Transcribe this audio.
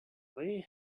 they